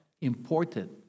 important